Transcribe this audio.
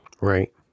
Right